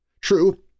True